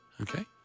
Okay